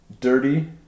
dirty